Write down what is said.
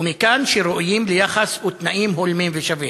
ומכאן שהם ראויים ליחס ותנאים הולמים ושווים.